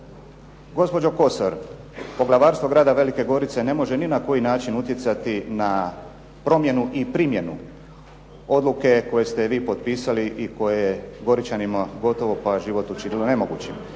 Gospođo Kosor, Poglavarstvo Grada Velike Gorice ne može ni na koji način utjecati na promjenu i primjenu odluke koju ste vi potpisali i koje je Goričanima gotovo pa život učinilo nemogućim.